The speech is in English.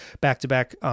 Back-to-back